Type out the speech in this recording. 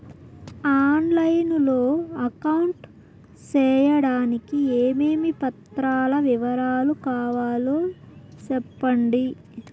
On line లో account సేయడానికి ఏమేమి పత్రాల వివరాలు కావాలో సెప్పండి?